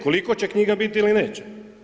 Koliko će knjiga bit ili neće?